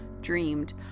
dreamed